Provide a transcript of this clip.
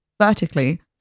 vertically